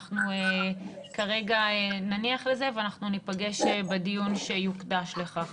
אנחנו כרגע נניח לזה ואנחנו ניפגש בדיון שיוקדש לכך.